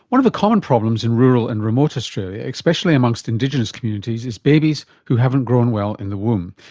one of the common problems in rural and remote australia, especially amongst indigenous communities, is babies who haven't grown well in the womb.